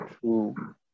true